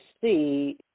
see